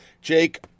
Jake